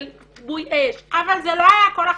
של כיבוי אש -- אבל זה לא היה כל החיים?